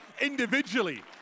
individually